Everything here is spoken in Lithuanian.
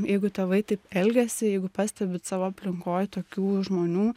jeigu tėvai taip elgiasi jeigu pastebit savo aplinkoj tokių žmonių